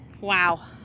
Wow